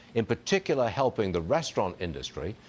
in particular helping the restaurant industry.